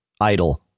Idle